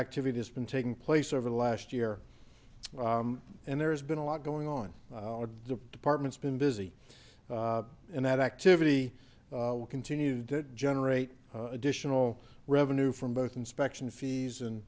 activity has been taking place over the last year and there's been a lot going on in the department's been busy and that activity will continue to generate additional revenue from both inspection fees and